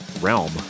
realm